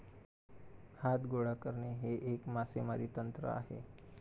हात गोळा करणे हे एक मासेमारी तंत्र आहे